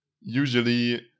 usually